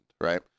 right